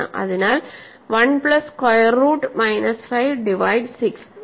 അതിനാൽ 1 plus square root minus 5 divides 6